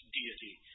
deity